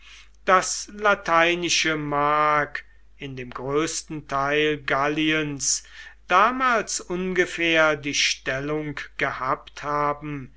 das lateinische mag in dem größten teil galliens damals ungefähr die stellung gehabt haben